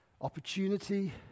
opportunity